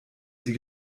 sie